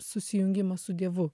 susijungimą su dievu